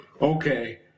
Okay